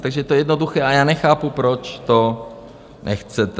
Takže to je jednoduché a já nechápu, proč to nechcete.